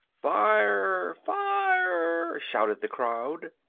fire! fire! shouted the crowd.